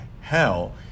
hell